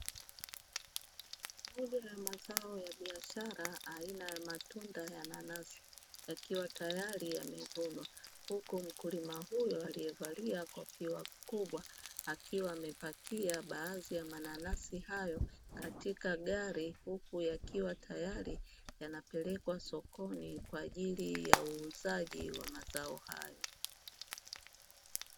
Kundi la mazao ya biashara aina ya matunda ya nanasi yakiwa tayari yamevunwa huku mkulima huyo aliyevalia kofia kubwa akiwa amepakia baadhi ya mananansi hayo katika gari huku yakiwa tayari yanapelekwa sokoni kwa ajili ya uuzaji wa mazao hayo.